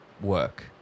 work